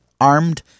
armed